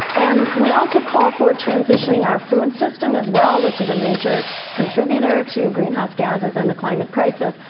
and we also call for transitioning our food system as well, which is a major contributor to greenhouse gases and the climate crisis,